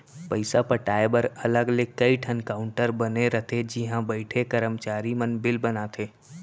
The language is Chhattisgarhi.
पइसा पटाए बर अलग ले कइ ठन काउंटर बने रथे जिहॉ बइठे करमचारी मन बिल बनाथे